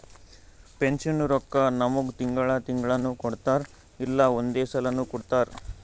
ಪೆನ್ಷನ್ದು ರೊಕ್ಕಾ ನಮ್ಮುಗ್ ತಿಂಗಳಾ ತಿಂಗಳನೂ ಕೊಡ್ತಾರ್ ಇಲ್ಲಾ ಒಂದೇ ಸಲಾನೂ ಕೊಡ್ತಾರ್